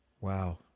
Wow